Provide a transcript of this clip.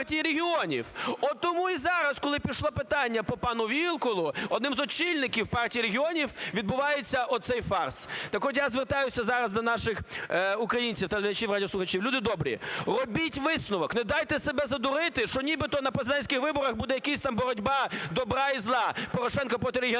От тому і зараз, коли пішло питання по пану Вілкулу, одним з очільників Партії регіонів відбувається оцей фарс. Так-от я звертаюся зараз до наших українців, телеглядачів, радіослухачів: "Люди добрі, робіть висновок, не дайте себе задурити, що нібито на президентських виборах буде якась там боротьба добра і зла, Порошенко проти …"